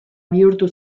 bihurtu